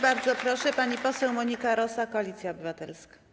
Bardzo proszę, pani poseł Monika Rosa, Koalicja Obywatelska.